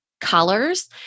colors